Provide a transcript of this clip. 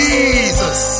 Jesus